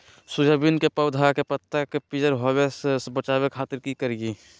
Soybean के पौधा के पत्ता के पियर होबे से बचावे खातिर की करिअई?